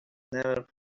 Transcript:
never